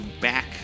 back